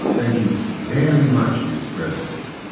thank you very much, mr. president.